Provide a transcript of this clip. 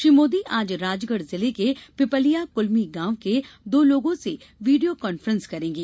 श्री मोदी आज राजगढ़ जिले के पिपलिया कुलमी गॉव के दो लोगों से वीडियों कान्फ्रेंस करेंगे